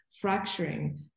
fracturing